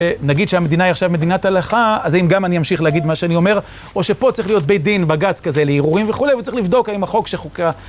נגיד שהמדינה היא עכשיו מדינת הלכה, אז אם גם אני אמשיך להגיד מה שאני אומר, או שפה צריך להיות בית דין בג"ץ כזה, לעירורים וכולי, והואצריך לבדוק האם החוק שחוקק.